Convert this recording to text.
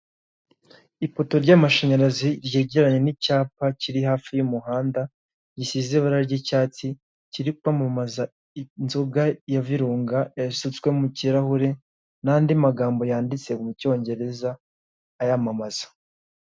Ipoto ry'amashanyarazi gegeranye n'icyapa kiri hafi y'umuhanda, gisize ibara ry'icyatsi kiri kwamamaza inzoga ya viruga, gisutswe mu kirahuri n'andi magambo yanditse mu cyongereza cyamamaza.